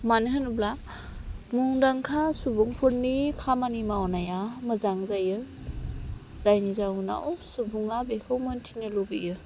मानोहोनोब्ला मुंदांखा सुबुंफोरनि खामानि मावनाया मोजां जायो जायनि जाउनाव सुबुङा बेखो मिन्थिनो लुगैयो